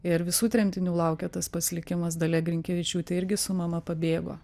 ir visų tremtinių laukia tas pats likimas dalia grinkevičiūtė irgi su mama pabėgo